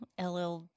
LL